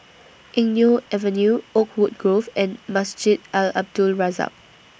Eng Neo Avenue Oakwood Grove and Masjid Al Abdul Razak